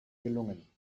gelungen